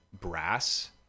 brass